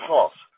False